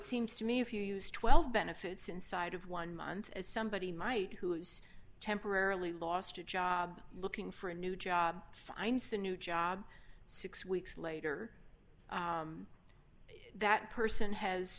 seems to me if you use twelve benefits inside of one month as somebody might who's temporarily lost a job looking for a new job signs the new job six weeks later that person has